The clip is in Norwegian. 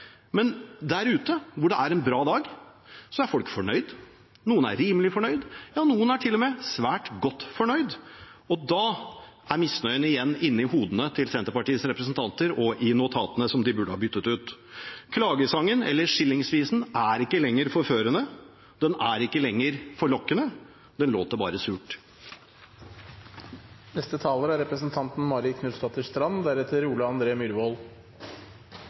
Men der ute, hvor det er en bra dag, er folk fornøyd. Noen er rimelig fornøyd. Noen er til og med svært godt fornøyd. Og da er misnøyen igjen inne i hodene til Senterpartiets representanter og i notatene som de burde ha byttet ut. Klagesangen, eller skillingsvisen, er ikke lenger forførende. Den er ikke lenger forlokkende. Den låter bare surt.